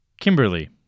Kimberly